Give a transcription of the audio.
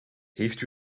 heeft